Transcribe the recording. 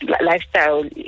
Lifestyle